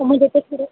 म्हणजे कसं आहे